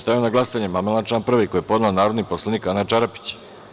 Stavljam na glasanje amandman na član 2. koji je podnela narodni poslanik Ana Čarapić.